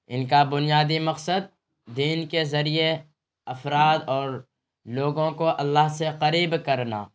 ان کا بنیادی مقصد دین کے ذریعے افراد اور لوگوں کو اللہ سے قریب کرنا